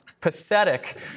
pathetic